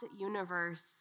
universe